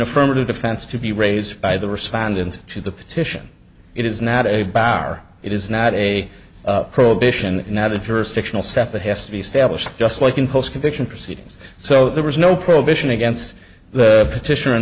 affirmative defense to be raised by the respondent to the petition it is not a bad are it is not a prohibition not a jurisdictional step it has to be established just like in post conviction proceedings so there was no prohibition against the petitioner in